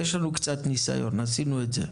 יש לנו קצת ניסיון, עשינו את זה,